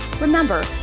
Remember